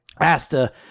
Asta